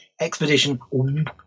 expedition